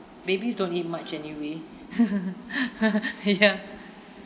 babies don't eat much anyway ya